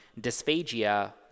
dysphagia